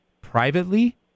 privately